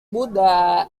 muda